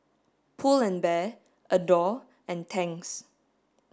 Pull and Bear Adore and Tangs